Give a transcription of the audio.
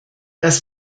das